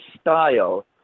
style